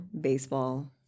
baseball